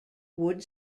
wood